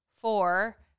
Four